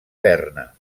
berna